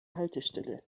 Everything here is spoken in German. haltestelle